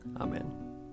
Amen